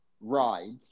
rides